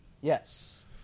Yes